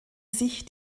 sich